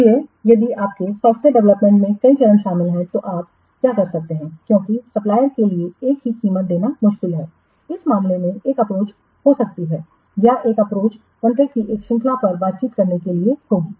इसलिए यदि आपके सॉफ़्टवेयर डेवलपमेंट में कई चरण शामिल हैं तो आप क्या कर सकते हैं क्योंकि सप्लायरके लिए एक ही कीमत देना मुश्किल है इस मामले में एक अप्रोच हो सकता है या एक अप्रोच कॉन्ट्रैक्टस की एक श्रृंखला पर बातचीत करने के लिए होगा